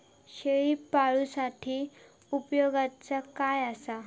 शेळीपाळूसाठी उपयोगाचा काय असा?